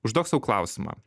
užduok sau klausimą